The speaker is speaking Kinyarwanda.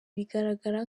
bigaragara